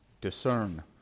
discern